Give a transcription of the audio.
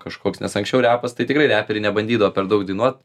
kažkoks nes anksčiau repas tai tikrai reperiai nebandydavo per daug dainuot